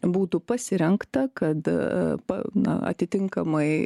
būtų pasirengta kad pa na atitinkamai